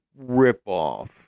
ripoff